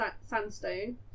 sandstone